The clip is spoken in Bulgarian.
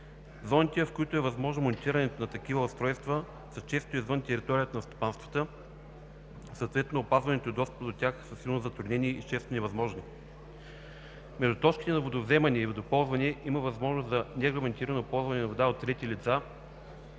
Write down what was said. Зоните, в които е възможно монтирането на такива устройства, са често извън територията на стопанствата, съответно опазването и достъпът до тях са силно затруднени и често невъзможни. Между точките на водовземане и водоползване има възможност за нерегламентирано ползване на вода от трети лица,